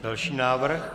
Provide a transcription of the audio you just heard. Další návrh.